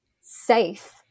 safe